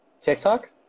TikTok